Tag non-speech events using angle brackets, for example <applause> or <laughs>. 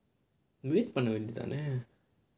<laughs> பண்ண வேண்டியது தானே:panna vendiyathu thaanae